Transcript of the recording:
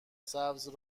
سبز